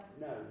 no